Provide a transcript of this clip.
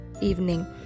evening